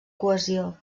cohesió